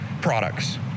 products